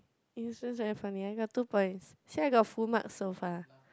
useless very funny I got two points see I got full marks so far